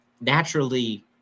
naturally